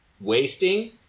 wasting